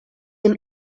him